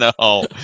No